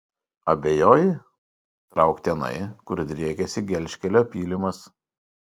abejoji trauk tenai kur driekiasi gelžkelio pylimas